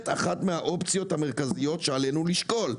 אחת מהאופציות המרכזיות שעלינו לשקול,